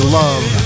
love